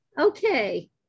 Okay